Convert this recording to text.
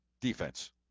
Defense